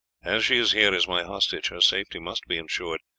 as she is here as my hostage her safety must be ensured,